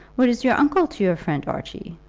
what is your uncle to your friend archie?